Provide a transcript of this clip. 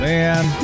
Man